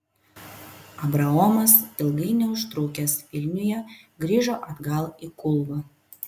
abraomas ilgai neužtrukęs vilniuje grįžo atgal į kulvą